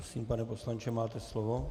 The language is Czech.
Prosím, pane poslanče, máte slovo.